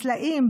סלעים,